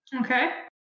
Okay